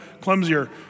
clumsier